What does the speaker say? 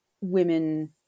women